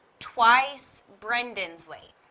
twice brendon's weight.